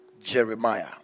Jeremiah